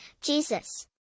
Jesus